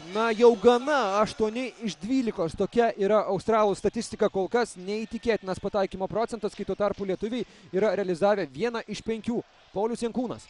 na jau gana aštuoni iš dvylikos tokia yra australų statistika kol kas neįtikėtinas pataikymo procentas kai tuo tarpu lietuviai yra realizavę vieną iš penkių paulius jankūnas